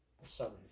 Southern